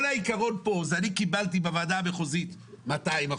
כל העיקרון פה הוא שאני קיבלתי בוועדה המחוזית 200%,